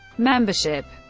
membership